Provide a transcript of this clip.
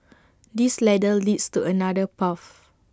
this ladder leads to another path